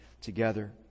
together